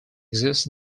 exists